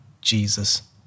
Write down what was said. Jesus